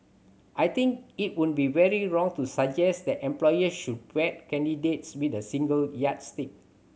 I think it would be very wrong to suggest that employers should vet candidates with a single yardstick